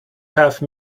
have